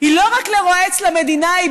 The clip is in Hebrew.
היא לא רק עומדת למדינה לרועץ,